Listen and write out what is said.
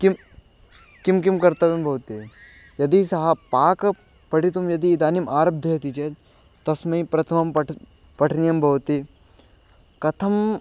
किं किं किं कर्तव्यं भवति यदि सः पाकं पठितुं यदि इदानीम् आरब्धवान् चेत् तस्मै प्रथमं पठनीयं पठनीयं भवति कथं